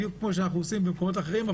בדיוק כמו שאנחנו עושים במקומות אחרים,